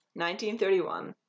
1931